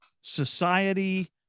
society